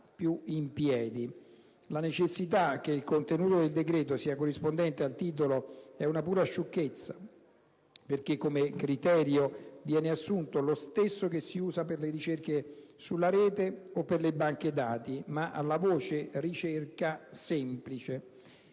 più in piedi. La necessità che il contenuto del decreto sia corrispondente al titolo è una pura sciocchezza, perché come criterio viene assunto lo stesso che si usa per le ricerche sulla rete, o per le banche dati, ma alla voce «ricerca semplice».